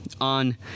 on